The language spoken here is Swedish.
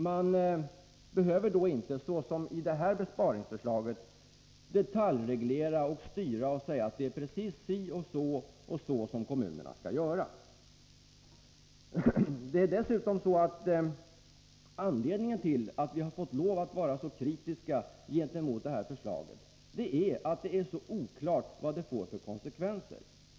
Man behöver då inte, som med regeringens besparingsförslag, detaljreglera och styra hur kommunerna skall göra. Anledningen till att vi är så kritiska mot det här förslaget är att det är så oklart vilka konsekvenser det får.